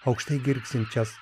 aukštai girgsinčias